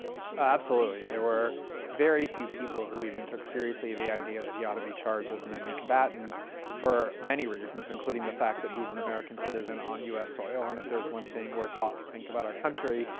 absolutely. there were very few people who even took seriously the idea that he ought to be charged as an enemy i mean combatant for many reasons, including the fact that he's an american citizen on us soil. and if there's one thing we're taught to think about our country,